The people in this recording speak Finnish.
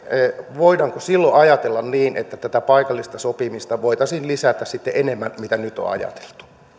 voidaanko silloin ajatella niin että tätä paikallista sopimista voitaisiin lisätä sitten enemmän kuin nyt on ajateltu